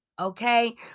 okay